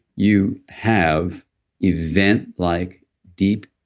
you have eventlike, deep,